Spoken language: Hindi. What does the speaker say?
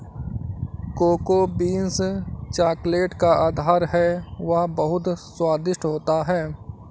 कोको बीन्स चॉकलेट का आधार है वह बहुत स्वादिष्ट होता है